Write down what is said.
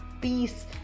peace